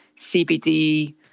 CBD